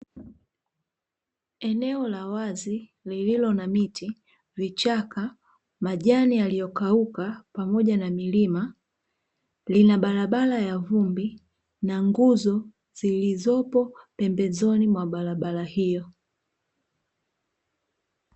Eneo la wazi lililo na miti, vichaka, majani yaliyokauka, pamoja na milima, lina barabara ya vumbi na nguzo zilizopo pembezoni mwa barabara hiyo.